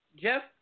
Jeff